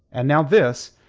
and now this.